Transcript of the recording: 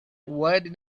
why